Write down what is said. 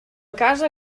casa